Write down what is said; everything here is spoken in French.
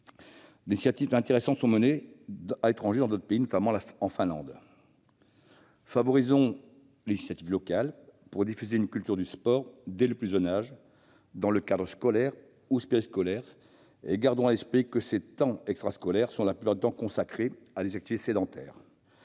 initiatives intéressantes sont menées à l'étranger, notamment en Finlande. Favorisons les initiatives locales pour diffuser une culture du sport dès le plus jeune âge, dans le cadre scolaire ou périscolaire, et gardons à l'esprit que les temps extrascolaires sont la plupart du temps consacrés à des activités sédentaires.